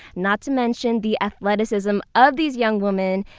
not to mention the athleticism of these young women!